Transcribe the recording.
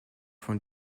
von